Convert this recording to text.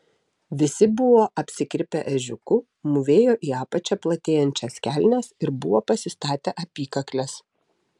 visi buvo apsikirpę ežiuku mūvėjo į apačią platėjančias kelnes ir buvo pasistatę apykakles